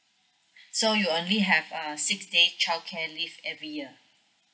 so you only have err six days childcare leave every year